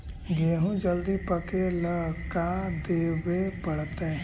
गेहूं जल्दी पके ल का देबे पड़तै?